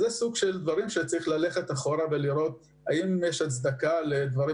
זה סוג של דברים שצריך ללכת אחורה ולראות האם יש הצדקה לדברים